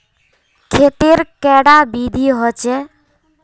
खेत तेर कैडा विधि होचे?